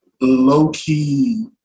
low-key